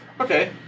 Okay